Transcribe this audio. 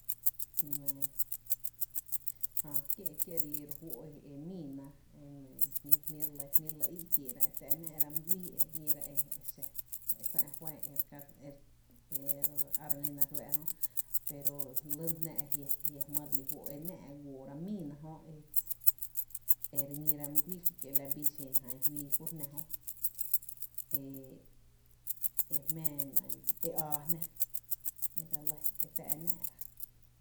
Nɇ jää kie’ relí ro fó’ e míiína, nɇ jmí’ re lɇ jmí’ re lɇ í’ kieera e tⱥ nⱥⱥ’ra mý guíí e re ñíra e a exⱥ jy e san e fán er ere a re ngýna re fáá’ra pero lyna jnⱥ a jiⱥ jmýý ä’ relí fó’ e nⱥⱥ´’ guora míi na jö e re ñíra mý guíí ki kie’ la bii xen jan fíí kuro’ jná jö e e jmⱥ nɇ e aa jná e la lɇ e tⱥ e nⱥ’ra.